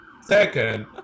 Second